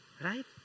Right